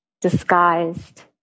disguised